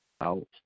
out